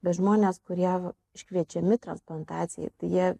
bet žmonės kurie iškviečiami transplantacijai jie